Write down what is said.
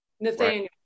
nathaniel